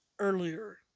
earlier